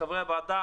לחברי הוועדה,